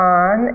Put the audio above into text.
on